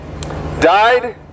died